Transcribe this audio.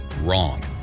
Wrong